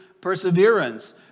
perseverance